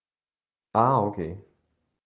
a'ah okay